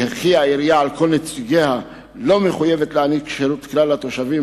העירייה על כל נציגיה לא מחויבת להעניק שירות לכלל התושבים,